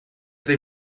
they